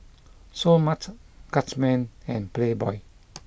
Seoul Mart Guardsman and Playboy